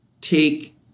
take